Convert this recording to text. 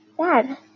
Dad